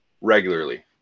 regularly